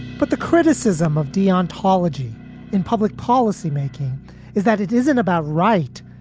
but the criticism of de ontology in public policymaking is that it isn't about right.